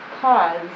cause